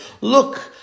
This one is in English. look